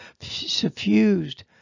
suffused